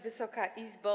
Wysoka Izbo!